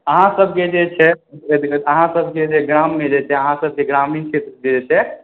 अहाँसभके जे छै अहाँसभके गाममे जे छै ग्रामीण क्षेत्र जे छै